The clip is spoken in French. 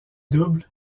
double